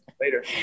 later